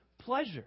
pleasure